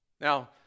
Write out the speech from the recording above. Now